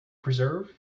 preserve